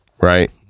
right